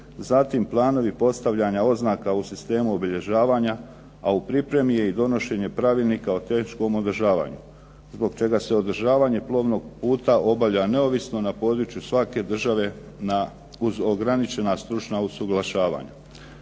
zatim planovi postavljanja oznaka u sistemu obilježavanja, a u pripremi je i donošenje pravilnik o teškom održavanju. Zbog čega se održavanje plovnog puta obavlja neovisno na području svake države uz ograničenja stručna usavršavanja.